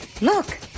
Look